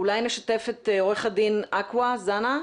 אולי נשתף את עורך הדין אווקה זנה.